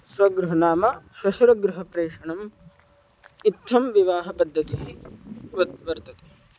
स्वगृहं नाम श्वशुरगृहप्रेषणम् इत्थं विवाहपद्धतिः वत् वर्तते